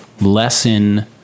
lessen